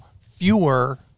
fewer